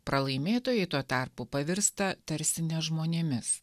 pralaimėtojai tuo tarpu pavirsta tarsi ne žmonėmis